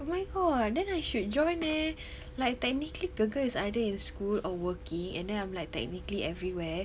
oh my god then I should join eh like technically girl girl is either in school or working and then I'm like technically everywhere